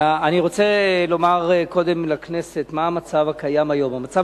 אני רוצה קודם לומר לכנסת מה המצב הקיים היום: המצב